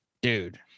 dude